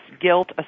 guilt